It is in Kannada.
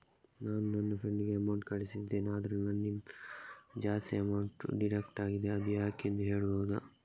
ನಾನು ನನ್ನ ಫ್ರೆಂಡ್ ಗೆ ಅಮೌಂಟ್ ಕಳ್ಸಿದ್ದೇನೆ ಆದ್ರೆ ನನ್ನಿಂದ ಜಾಸ್ತಿ ಅಮೌಂಟ್ ಡಿಡಕ್ಟ್ ಆಗಿದೆ ಅದು ಯಾಕೆಂದು ಹೇಳ್ಬಹುದಾ?